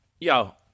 Yo